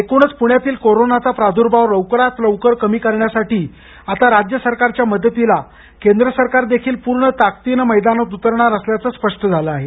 एकूणच पुण्यातील कोरोनाचा प्रादुर्भाव लवकरात लवकर कमी करण्यासाठी आता राज्य सरकारच्या मदतीला केंद्र सरकार देखील पूर्ण ताकदीनं मैदानात उतरणार असल्याचं स्पष्ट झालं आहे